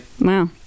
Wow